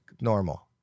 normal